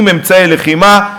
עם אמצעי לחימה,